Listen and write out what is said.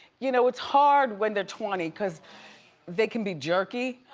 you know, it's hard when they're twenty cause they can be jerky,